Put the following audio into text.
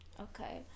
Okay